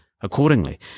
accordingly